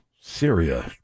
Syria